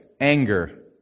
Anger